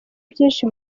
byinshi